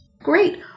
Great